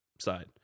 side